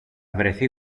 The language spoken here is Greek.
βρεθεί